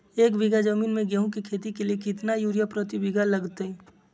एक बिघा जमीन में गेहूं के खेती के लिए कितना यूरिया प्रति बीघा लगतय?